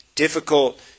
difficult